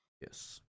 Yes